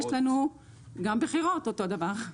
גם בחירות אותו דבר,